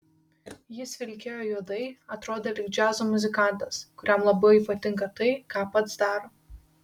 jis vilkėjo juodai atrodė lyg džiazo muzikantas kuriam labai patinka tai ką pats daro